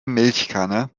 milchkanne